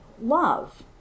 love